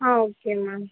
ah okay ma'am